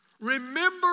Remember